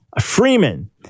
Freeman